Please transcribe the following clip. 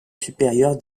supérieure